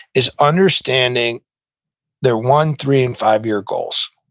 is understanding their one, three, and five year goals.